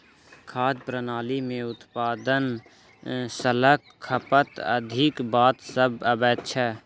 खाद्य प्रणाली मे उत्पादन सॅ ल क खपत धरिक बात सभ अबैत छै